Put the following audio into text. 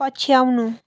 पछ्याउनु